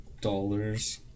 dollars